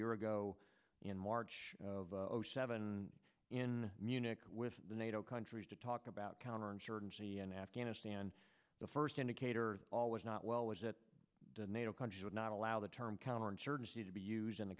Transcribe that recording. year ago in march of zero seven in munich with the nato countries to talk about counterinsurgency in afghanistan the first indicator all was not well was that the nato countries would not allow the term counterinsurgency to be used in the